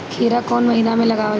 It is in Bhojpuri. खीरा कौन महीना में लगावल जाला?